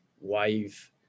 wave